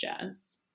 jazz